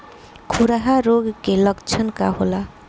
खुरहा रोग के लक्षण का होला?